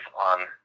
on